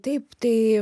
taip tai